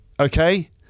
Okay